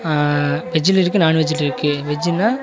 வெஜ்ஜில் இருக்குது நான்வெஜ்ஜில் இருக்குது வெஜ்ஜுன்னா